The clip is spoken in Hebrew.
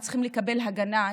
הם צריכים לקבל הגנה,